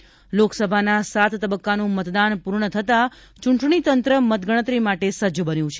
મતગણતરી લોકસભાના સાત તબક્કાનું મતદાન પૂર્ણ થતાં ચૂંટણી તંત્ર મતગણતરી માટે સજ્જ બન્યું છે